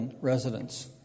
residents